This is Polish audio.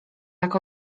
jak